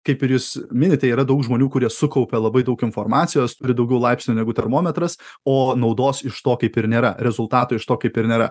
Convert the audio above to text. kaip ir jūs minite yra daug žmonių kurie sukaupia labai daug informacijos turi daugiau laipsnių negu termometras o naudos iš to kaip ir nėra rezultato iš to kaip ir nėra